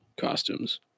costumes